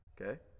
Okay